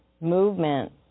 movement